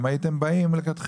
אם הייתם באים מלכתחילה,